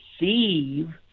receive